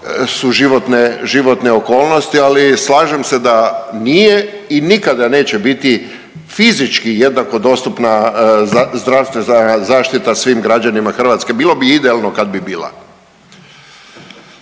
su životne okolnosti. Ali slažem se da nije i nikada neće biti fizički jednako dostupna zdravstvena zaštita svim građanima Hrvatske. Bilo bi idealno kad bi bila.